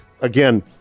again